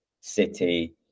city